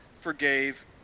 forgave